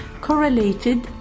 correlated